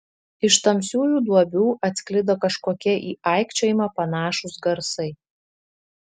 iš tamsiųjų duobių atsklido kažkokie į aikčiojimą panašūs garsai